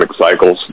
cycles